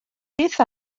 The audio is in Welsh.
beth